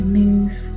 move